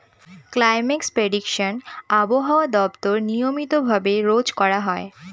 climate prediction আবহাওয়া দপ্তর নিয়মিত ভাবে রোজ করা হয়